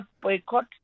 boycott